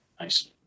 Nice